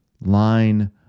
line